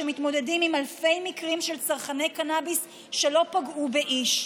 שמתמודדים עם אלפי מקרים של צרכני קנביס שלא פגעו באיש.